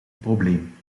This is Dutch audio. probleem